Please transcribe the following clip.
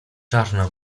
czarna